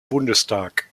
bundestag